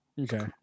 Okay